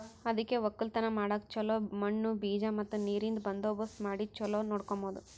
ಅದುಕೆ ಒಕ್ಕಲತನ ಮಾಡಾಗ್ ಚೊಲೋ ಮಣ್ಣು, ಬೀಜ ಮತ್ತ ನೀರಿಂದ್ ಬಂದೋಬಸ್ತ್ ಮಾಡಿ ಚೊಲೋ ನೋಡ್ಕೋಮದ್